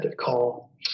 call